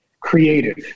creative